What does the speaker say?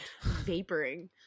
Vaporing